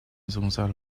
zungzal